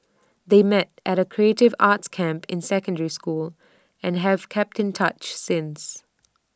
they met at A creative arts camp in secondary school and have kept in touch since